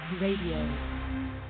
Radio